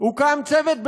הוקם צוות בין-משרדי,